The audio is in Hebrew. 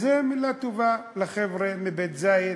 זו מילה טובה לחבר'ה מבית-זית,